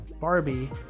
Barbie